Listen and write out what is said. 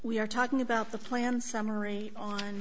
we are talking about the plan summary